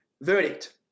Verdict